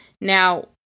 Now